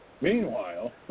Meanwhile